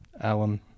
Alan